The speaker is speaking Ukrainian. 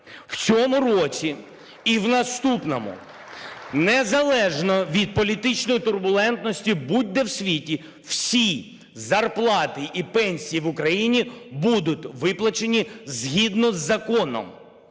В цьому році і в наступному незалежно від політичної турбулентності будь-де в світі всі зарплати і пенсії в Україні будуть виплачені згідно із законом.